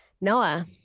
Noah